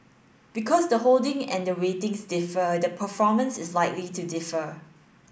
because the holding and the weightings differ the performance is likely to differ